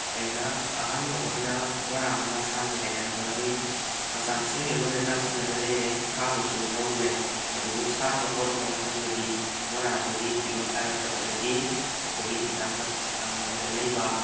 ꯑꯩꯅ ꯑꯍꯥꯟꯕ ꯑꯣꯏꯅ ꯃꯣꯔꯥ ꯑꯃ ꯁꯥꯒꯦ ꯍꯥꯏꯗꯅ ꯍꯣꯠꯅꯔꯨꯏ ꯃꯆꯥꯛꯁꯤꯡꯗꯤ ꯂꯣꯏꯅ ꯇꯥꯟꯁꯤꯜꯂꯒ ꯂꯩꯔꯦ ꯁꯥꯕꯁꯨ ꯍꯧꯔꯨꯔꯦ ꯑꯗꯨꯕꯨ ꯁꯥꯕ ꯍꯧꯔꯛꯄ ꯃꯇꯝꯗꯗꯤ ꯃꯣꯔꯥꯗꯨꯒꯤ ꯐꯤꯕꯝ ꯇꯥꯔꯛꯇꯕꯗꯒꯤ ꯑꯩꯈꯣꯏꯒꯤ ꯃꯅꯥꯛ ꯅꯛꯄꯗ ꯂꯩꯕ